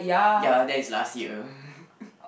ya that is last year